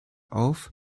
auf